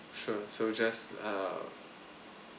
so so just uh